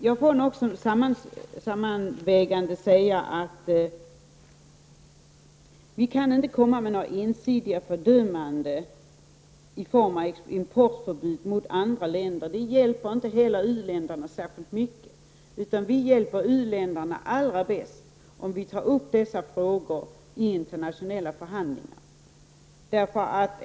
Sammanfattningsvis vill jag säga att vi inte kan komma med några ensidiga fördömanden i form av förbud mot import från vissa länder. Det hjälper inte heller u-länderna särskilt mycket. Allra bäst hjälper vi u-länderna om vi tar upp dessa frågor i internationella förhandlingar.